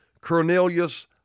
Cornelius